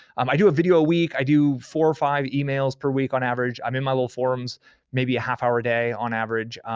um i do a video a week. i do four or five emails per week on average. i'm in my little forums maybe a half-hour a day on average,